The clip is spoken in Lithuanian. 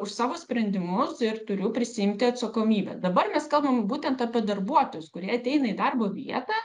už savo sprendimus ir turiu prisiimti atsakomybę dabar mes kalbame būtent apie darbuotojus kurie ateina į darbo vietą